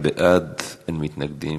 בפני העולם, אין כיבוש?